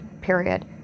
period